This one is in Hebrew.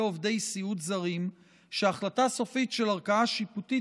עובדי סיעוד זרים שהחלטה סופית של ערכאה שיפוטית